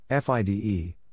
FIDE